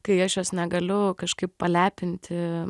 kai aš jos negaliu kažkaip palepinti